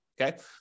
okay